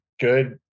good